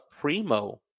Primo